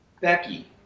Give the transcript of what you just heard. Becky